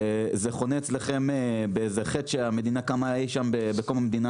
זה חונה אצלכם באיזה חטא שהמדינה קמה אי שם בקום המדינה,